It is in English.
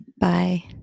Bye